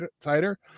tighter